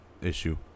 issue